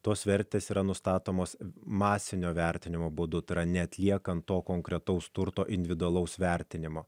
tos vertės yra nustatomos masinio vertinimo būdu tai yra neatliekant to konkretaus turto individualaus vertinimo